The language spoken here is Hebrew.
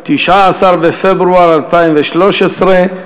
19 בפברואר 2013,